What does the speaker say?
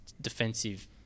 defensive